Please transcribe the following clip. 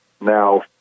now